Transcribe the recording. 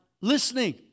listening